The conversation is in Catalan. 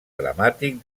dramàtic